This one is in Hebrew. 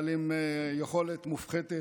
אבל עם יכולת מופחתת.